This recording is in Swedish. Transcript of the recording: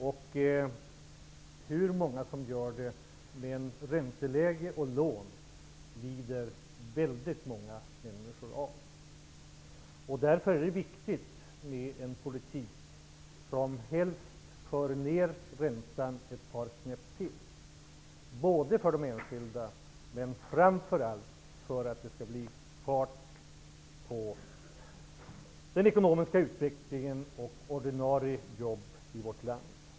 Väldigt många människor lider av ränteläge och lån. Därför är det viktigt med en politik som får ned räntan ytterligare ett par snäpp, både för de enskilda och framför allt för att det skall bli fart på den ekonomiska utvecklingen och den ordinarie arbetsmarknaden i vårt land.